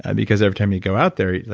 and because every time you go out there,